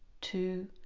two